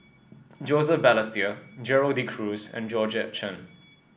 Joseph Balestier Gerald De Cruz and Georgette Chen